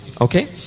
Okay